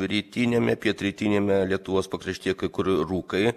rytiniame pietrytiniame lietuvos pakraštyje kai kur rūkai